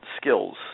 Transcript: skills